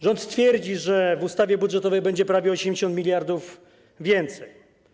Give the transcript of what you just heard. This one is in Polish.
Rząd twierdzi, że w ustawie budżetowej będzie prawie 80 mld więcej.